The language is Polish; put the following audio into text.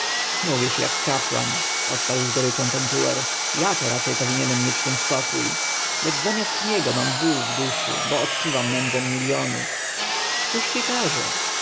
mówisz jak kapłan odparł z goryczą pentuer ja to raczej powinienem mieć ten spokój lecz zamiast niego mam ból w duszy bo odczuwam nędzę miljonów któż ci każe